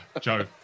Joe